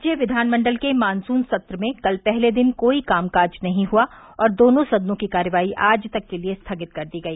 राज्य विधानमंडल के मानसून सत्र में कल पहले दिन कोई काम काज नहीं हुआ और दोनों सदनों की कार्यवाही आज तक के लिये स्थगित कर दी गई